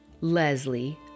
Leslie